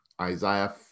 Isaiah